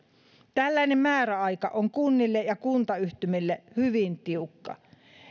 tällainen määräaika on kunnille ja kuntayhtymille hyvin tiukka